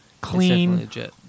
clean